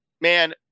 man